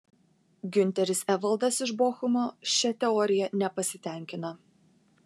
giunteris evaldas iš bochumo šia teorija nepasitenkina